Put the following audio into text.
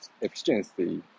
efficiency